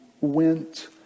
went